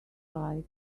like